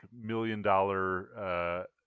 million-dollar